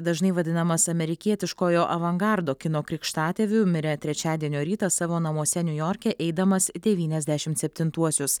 dažnai vadinamas amerikietiškojo avangardo kino krikštatėviu mirė trečiadienio rytą savo namuose niujorke eidamas devyniasdešim septintuosius